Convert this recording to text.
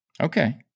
okay